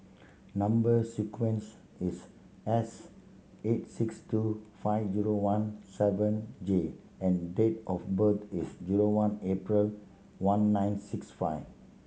number sequence is S eight six two five zero one seven J and date of birth is zero one April one nine six five